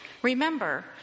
Remember